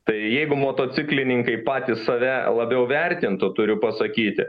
tai jeigu motociklininkai patys save labiau vertintų turiu pasakyti